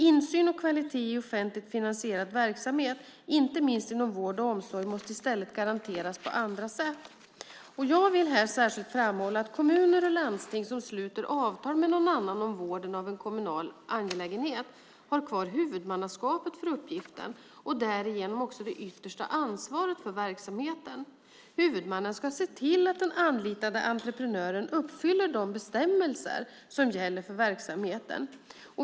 Insyn och kvalitet i offentligt finansierad verksamhet, inte minst inom vård och omsorg, måste i stället garanteras på andra sätt. Jag vill här särskilt framhålla att kommuner och landsting som sluter avtal med någon annan om vården av en kommunal angelägenhet har kvar huvudmannaskapet för uppgiften och därigenom också det yttersta ansvaret för verksamheten. Huvudmannen ska se till att den anlitade entreprenören uppfyller de bestämmelser som gäller för verksamheten.